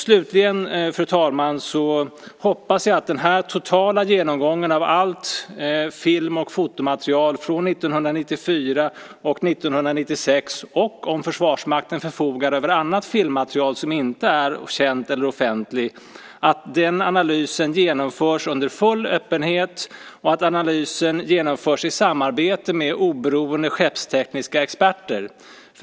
Slutligen, fru talman, hoppas jag att den totala genomgången av allt film och fotomaterial från 1994 och 1996 och annat filmmaterial som inte är känt eller offentligt som Försvarsmakten kan tänkas förfoga över genomförs under full öppenhet och att analysen genomförs i samarbete med oberoende skeppstekniska experter.